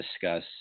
discuss